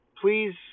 please